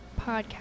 podcast